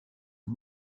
les